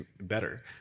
better